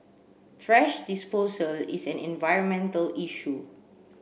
thrash disposal is an environmental issue